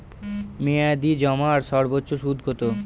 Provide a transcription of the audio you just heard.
মেয়াদি জমার সর্বোচ্চ সুদ কতো?